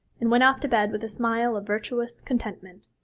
and went off to bed with a smile of virtuous contentment.